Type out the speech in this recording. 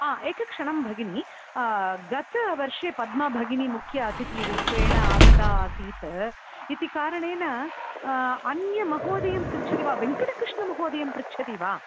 हा एकं क्षणं भगिनि गतवर्षे पद्मा भगिनि मुख्य अतिथिरूपेण आगता आसीत् इति कारणेन अन्यमहोदयं पृच्छति वा वेङ्कटकृष्णमहोदयं पृच्छति वा